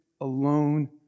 alone